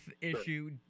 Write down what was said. issue